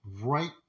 right